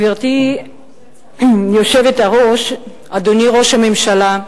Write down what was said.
גברתי היושבת-ראש, אדוני ראש הממשלה,